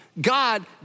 God